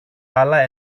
άλλα